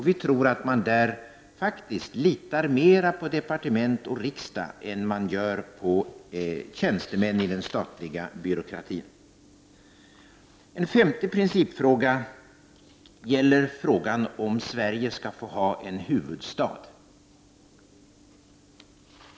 Vi tror att man där litar mer på departement och riksdag än på tjänstemän inom den statliga byråkratin. En femte principfråga gäller om Sverige skall få ha en huvudstad.